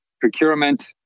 procurement